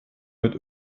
mit